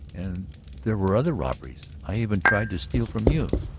and there were other robberies? i even tried to steal from you?